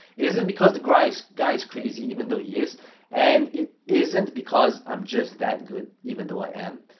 it isn't because the guy's guy's crazy even though he is and it isn't because i'm just that good even though i am,